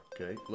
okay